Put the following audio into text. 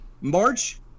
March